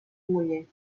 muller